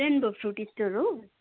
Sen Bhog fruit store हो